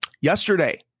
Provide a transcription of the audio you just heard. Yesterday